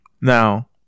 Now